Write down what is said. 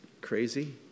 crazy